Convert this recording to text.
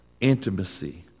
Intimacy